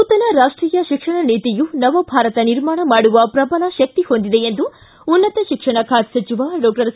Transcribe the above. ನೂತನ ರಾಷ್ವೀಯ ಶಿಕ್ಷಣ ನೀತಿಯೂ ನವಭಾರತ ನಿರ್ಮಾಣ ಮಾಡುವ ಪ್ರಬಲ ಶಕ್ತಿ ಹೊಂದಿದೆ ಎಂದು ಉನ್ನತ ಶಿಕ್ಷಣ ಖಾತೆ ಸಚಿವ ಡಾಕ್ಟರ್ ಸಿ